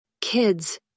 Kids